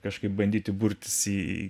kažkaip bandyti burtis į